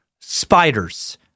spiders